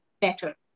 better